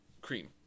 Cream